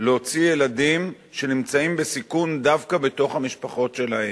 להוציא ילדים שנמצאים בסיכון דווקא בתוך המשפחות שלהם.